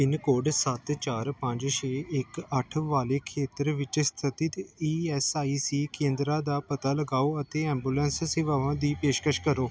pin code ਸੱਤ ਚਾਰ ਪੰਜ ਛੇ ਇੱਕ ਅੱਠ ਵਾਲੇ ਖੇਤਰ ਵਿੱਚ ਸਥਿਤ ਈ ਐਸ ਆਈ ਸੀ ਕੇਂਦਰਾਂ ਦਾ ਪਤਾ ਲਗਾਓ ਅਤੇ ਐਂਬੂਲੈਂਸ ਸੇਵਾਵਾਂ ਦੀ ਪੇਸ਼ਕਸ਼ ਕਰੋ